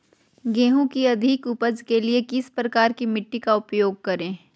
गेंहू की अधिक उपज के लिए किस प्रकार की मिट्टी का उपयोग करे?